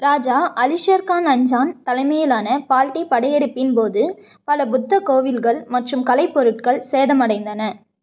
ராஜா அலிஷெர்க்கான் அஞ்சான் தலைமையிலான பால்டி படையெடுப்பின் போது பல புத்த கோவில்கள் மற்றும் கலைப்பொருட்கள் சேதமடைந்தன